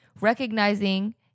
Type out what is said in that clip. recognizing